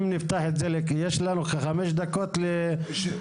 אור,